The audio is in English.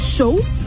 shows